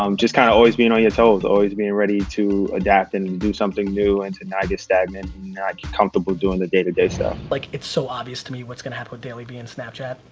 um just kind of always being on your toes, always being ready to adapt and do something new and to not get stagnant, and not get comfortable doing the day to day stuff. like it's so obvious to me what's going to happen with dailyvee on snapchat,